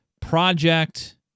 Project